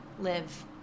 live